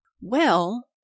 Well